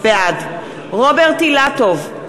בעד רוברט אילטוב,